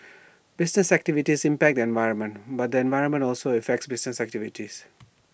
business activities impact the environment but the environment also affects business activities